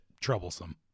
troublesome